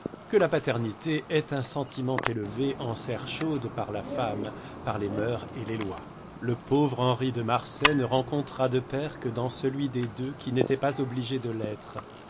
que la paternité est un sentiment élevé en serre chaude par la femme par les mœurs et les lois le pauvre henri de marsay ne rencontra de père que dans celui des deux qui n'était pas obligé de l'être